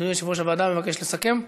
אדוני יושב-ראש הוועדה מבקש לסכם.